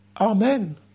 Amen